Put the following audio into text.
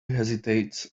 hesitates